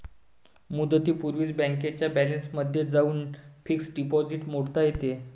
मुदतीपूर्वीच बँकेच्या बॅलन्समध्ये जाऊन फिक्स्ड डिपॉझिट मोडता येते